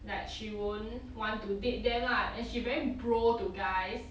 like she won't want to date them lah and she very bro to guys